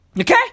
Okay